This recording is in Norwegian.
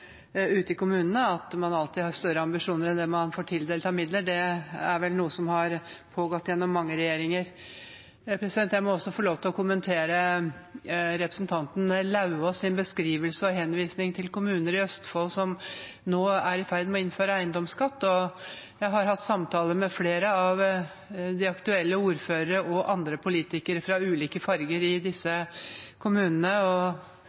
ute i kommunene. At man har større ambisjoner enn det man får tildelt av midler, er vel noe som har pågått under mange regjeringer. Jeg må også få lov til å kommentere representanten Lauvås’ beskrivelse og henvisning til kommuner i Østfold som nå er i ferd med å innføre eiendomsskatt. Jeg har hatt samtaler med flere av de aktuelle ordførerne og andre politikere fra ulike farger i